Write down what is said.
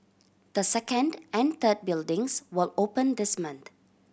the second and third buildings will open this month